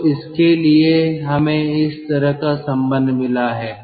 तो इसके लिए हमें इस तरह का संबंध मिला है